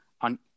on